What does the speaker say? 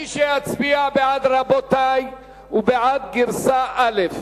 מי שיצביע בעד, רבותי, הוא בעד גרסה א',